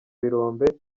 birombe